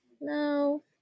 no